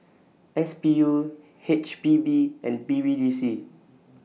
S B U H P B and B B D C